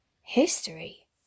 History